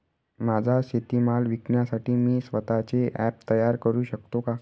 माझा शेतीमाल विकण्यासाठी मी स्वत:चे ॲप तयार करु शकतो का?